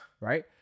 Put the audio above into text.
Right